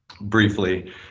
briefly